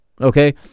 okay